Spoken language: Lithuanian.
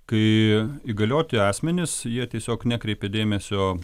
kai įgalioti asmenys jie tiesiog nekreipia dėmesio